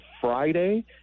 Friday